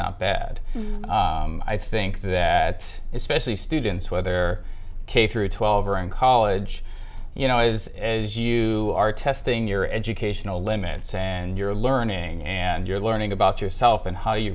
not bad i think that especially students whether k through twelve or in college you know as as you are testing your educational limits and you're learning and you're learning about yourself and how you